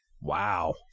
Wow